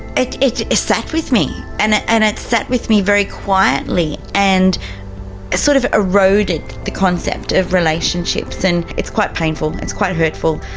it it sat with me, and it and it sat with me very quietly and sort of eroded the concept of relationships. and it's quite painful, but it's quite hurtful.